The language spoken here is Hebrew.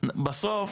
בסוף